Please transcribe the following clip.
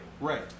Right